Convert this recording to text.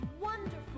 wonderful